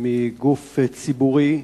מגוף ציבורי,